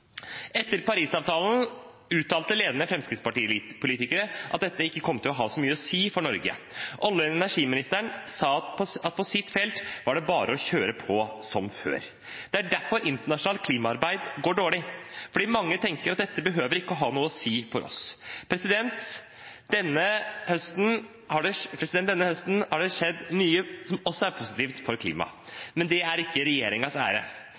Etter Paris-avtalen uttalte ledende Fremskrittsparti-politikere at dette ikke kom til å ha så mye å si for Norge. Olje- og energiministeren sa at på hans felt var det bare å kjøre på som før. Det er derfor internasjonalt klimaarbeid går dårlig, fordi mange tenker at dette behøver ikke å ha noe å si for oss. Denne høsten har det skjedd mye som også er positivt for klimaet. Men det er ikke